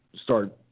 start